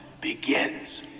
begins